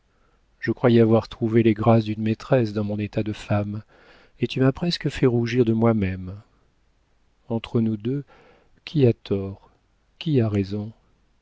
je croyais avoir trouvé les grâces d'une maîtresse dans mon état de femme et tu m'as presque fait rougir de moi-même entre nous deux qui a tort qui a raison